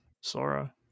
Sora